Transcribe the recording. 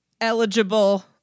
eligible